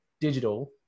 digital